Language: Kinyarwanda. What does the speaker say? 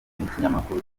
n’ikinyamakuru